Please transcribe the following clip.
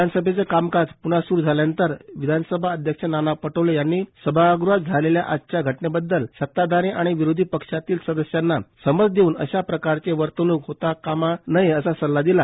विधानसभेचं कामकाज प्न्हा सुरू झाल्यानंतर विधानसभाध्यक्ष नाना पटोले यांनी सभागृहात झालेल्या आजच्या घटनेबददल सताधारी आणि विरोधी पक्षातील सदस्यांना समज देऊन पृढे अष्या प्रकारचे वर्तवणुक होता कामा नये असा सल्ला दिला